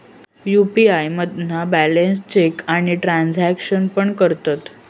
UPI मधना balance check आणि transaction पण करतत